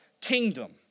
kingdom